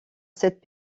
cette